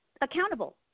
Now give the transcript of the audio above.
accountable